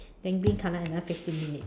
then green colour another fifteen minutes